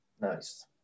Nice